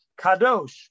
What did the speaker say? kadosh